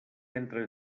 entre